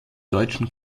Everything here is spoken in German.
deutschen